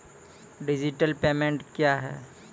Digital payment क्या हैं?